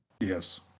Yes